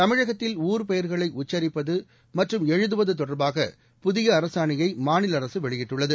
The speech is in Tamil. தமிழகத்தில் ஊர் பெயர்களை உச்சரிப்பது மற்றும் எழுதுவது தொடர்பாக புதிய அரசாணையை மாநில அரசு வெளியிட்டுள்ளது